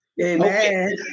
Amen